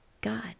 God